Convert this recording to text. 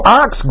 ox